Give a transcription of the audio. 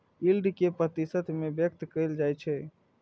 yield कें प्रतिशत मे व्यक्त कैल जाइ छै